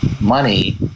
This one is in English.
money